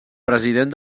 president